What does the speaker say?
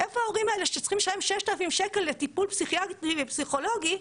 איפה ההורים האלה שצריכים לשלם 6,000 שקל לטיפול פסיכיאטרי ופסיכולוגי,